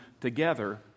together